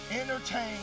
entertain